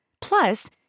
Plus